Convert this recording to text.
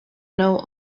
know